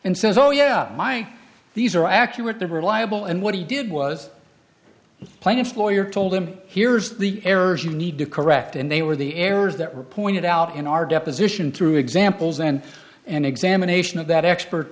and says oh yeah my these are accurate they're reliable and what he did was the plaintiff's lawyer told him here's the errors you need to correct and they were the errors that reported out in our deposition through examples and an examination of that expert